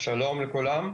שלום לכולם.